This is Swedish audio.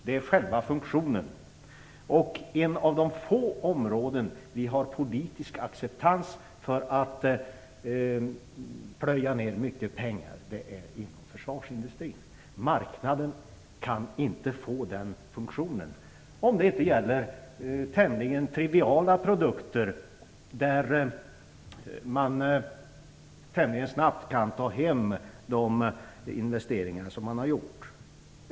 Det är själva funktionen. Ett av de få områden där vi har politisk acceptans för att plöja ner mycket pengar är försvarsindustrin. Marknaden kan inte få den funktionen, om det inte gäller tämligen triviala produkter där man snabbt kan ta hem de investeringar som gjorts.